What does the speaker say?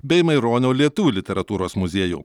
bei maironio lietuvių literatūros muziejų